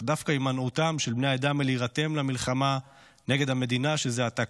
דווקא הימנעותם של בני העדה מלהירתם למלחמה נגד המדינה שזה עתה